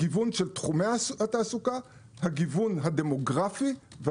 הגיוון של תחומי התעסוקה והגיוון הדמוגרפי.